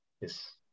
yes